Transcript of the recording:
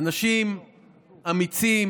אנשים אמיצים